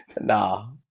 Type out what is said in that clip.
Nah